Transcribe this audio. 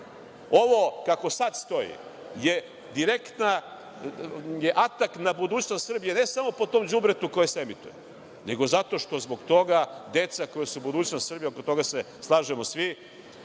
kako sad stoji je direktan atak na budućnost Srbije, ne samo po tom đubretu koje se emituje nego zato što zbog toga deca, koja su budućnost Srbije, oko toga se slažemo svi,